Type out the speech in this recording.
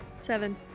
Seven